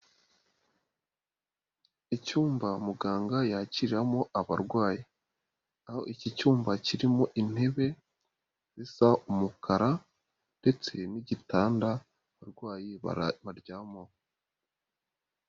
Icyumba muganga yakiriramo abarwayi, aho iki cyumba kirimo intebe zisa umukara ndetse n'igitanda, abarwayi baryama.